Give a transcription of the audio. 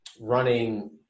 running